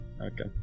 Okay